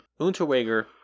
Unterweger